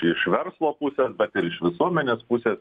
iš verslo pusės bet ir iš visuomenės pusės